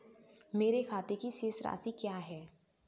मेरे खाते की शेष राशि क्या है?